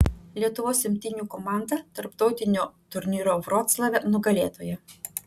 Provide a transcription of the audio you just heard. lietuvos imtynių komanda tarptautinio turnyro vroclave nugalėtoja